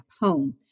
home